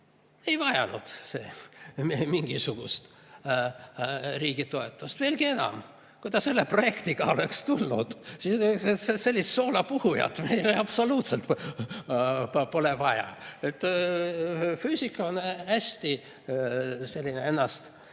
ei vajanud mingisugust riigi toetust. Veelgi enam, kui ta selle projektiga oleks tulnud, siis [oleks öeldud], et sellist soolapuhujat meile absoluutselt pole vaja. Füüsika on hästi selline ennast